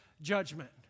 judgment